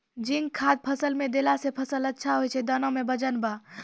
zinc खाद फ़सल मे देला से फ़सल अच्छा होय छै दाना मे वजन ब